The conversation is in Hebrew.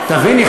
תביני,